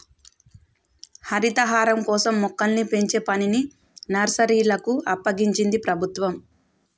హరితహారం కోసం మొక్కల్ని పెంచే పనిని నర్సరీలకు అప్పగించింది ప్రభుత్వం